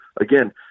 again